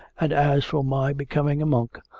and as for my becoming a monk,